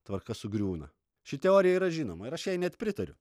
tvarka sugriūna ši teorija yra žinoma ir aš jai net pritariu